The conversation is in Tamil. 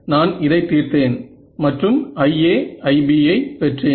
நான் இதை தீர்த்தேன் மற்றும் IA IB வை பெற்றேன்